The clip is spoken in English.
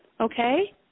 Okay